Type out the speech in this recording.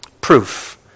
Proof